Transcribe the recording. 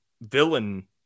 villain